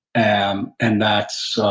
and and that's